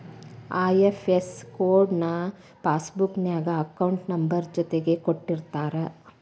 IFS code ನ passbook ನ್ಯಾಗ account number ಜೊತಿಗೆ ಕೊಟ್ಟಿರ್ತಾರ